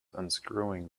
unscrewing